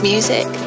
Music